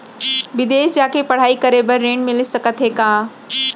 बिदेस जाके पढ़ई करे बर ऋण मिलिस सकत हे का?